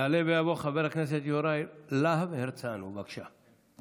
יעלה ויבוא חבר הכנסת יוראי להב הרצנו, בבקשה.